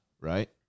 right